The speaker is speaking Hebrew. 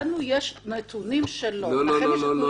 לנו יש נתונים שלא, לכם יש נתונים שכן?